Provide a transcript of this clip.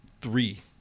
three